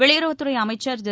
வெளியுறவுத்துறை அமைச்சர் திரு